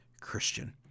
Christian